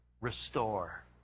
restore